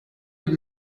with